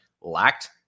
lacked